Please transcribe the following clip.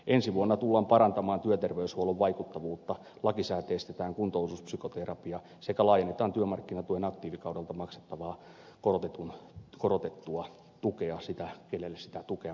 ensi vuonna tullaan parantamaan työterveyshuollon vaikuttavuutta lakisääteistetään kuntoutuspsykoterapia sekä laajennetaan työmarkkinatuen aktiivikaudelta maksettavaa korotettua tukea sitä kenelle sitä tukea maksetaan